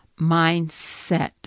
mindset